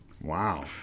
Wow